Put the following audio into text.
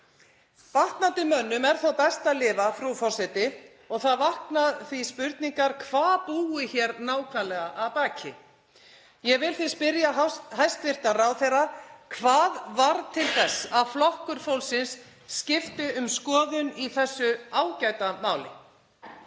Batnandi mönnum er þó best að lifa, frú forseti, og það vakna því spurningar um hvað búi hér nákvæmlega að baki. Ég vil því spyrja hæstv. ráðherra: Hvað varð til þess að Flokkur fólksins skipti um skoðun í þessu ágæta máli?